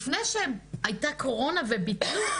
לפני שהייתה קורונה וביטלו,